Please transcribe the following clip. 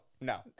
No